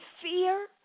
fear